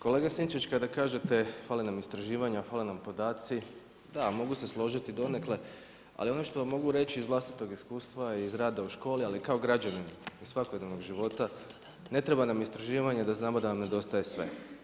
Kolega Sinčić kada kažete fale nam istraživanja, fale nam podaci, da mogu se složiti donekle, ali ono što vam mogu reći iz vlastitog iskustva, iz rada u školi, ali i kao građanin iz svakodnevnog života, ne treba nam istraživanja da znamo da nam nedostaje sve.